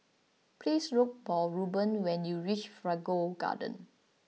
please look for Ruben when you reach Figaro Gardens